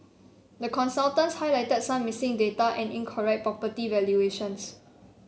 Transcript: the consultants highlighted some missing data and incorrect property valuations